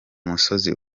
musozi